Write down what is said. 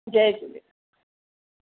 Jay Jhulelal